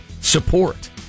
support